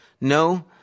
No